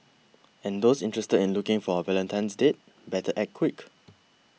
and those interested in looking for a Valentine's date better act quick